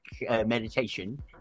meditation